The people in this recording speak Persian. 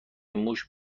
موش